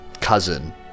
cousin